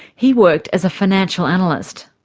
he worked as a financial analyst.